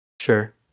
Sure